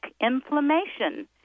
inflammation